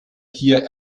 hier